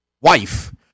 wife